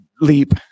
leap